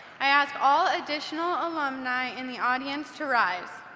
i ask all additional alumni in the audience to rise.